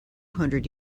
hundred